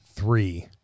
Three